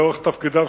לאורך תפקידו,